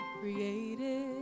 created